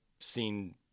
seen